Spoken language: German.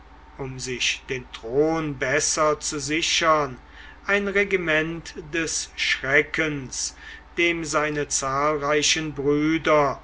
um sich den thron besser zu sichern ein regiment des schreckens dem seine zahlreichen brüder